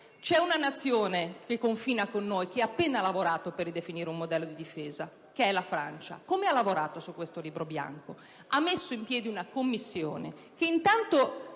una Nazione che confina con noi ha appena lavorato per definire un modello di difesa, e mi riferisco alla Francia. Come ha lavorato su questo Libro bianco? Ha messo in piedi una commissione che intanto